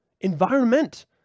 Environment